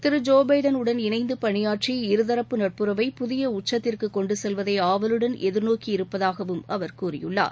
திரு Joe எபடலுடன் இணைந்துப் பனியாற்றி இருதரப்பு நட்புறவை புதிய உச்சத்திற்கு கொண்டுச் செல்வதை ஆவலுடன் எதிர்நோக்கியிருப்பதாகவும் அவர் கூறியுள்ளார்